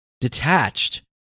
detached